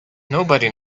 nobody